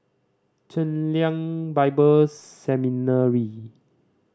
Chen Lien Bible Seminary